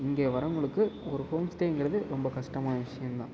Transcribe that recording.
இங்கே வரவங்களுக்கு ஒரு ஹோம் ஸ்டேங்கிறது ரொம்ப கஷ்டமான விஷயம்தான்